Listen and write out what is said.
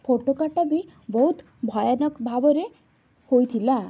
ଫୋଟକାଟା ବି ବହୁତ ଭୟନକ ଭାବରେ ହୋଇଥିଲା